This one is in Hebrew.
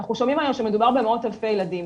אנחנו שומעים היום שמדובר במאות אלפי ילדים.